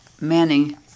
Manning